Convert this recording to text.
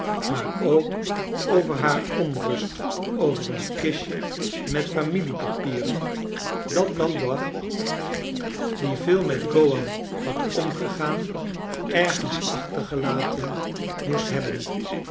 maar ook over haar onrust over een kistje met familiepapieren dat blandois die veel met gowan had omgegaan ergens achtergelaten moest hebben